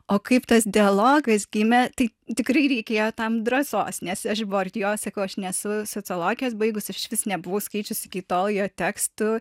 o kaip tas dialogas gimė tai tikrai reikėjo tam drąsos nes aš buvau arti jo sakau aš nesu sociologijos baigus ir išvis nebuvau skaičiusi iki tol jo tekstų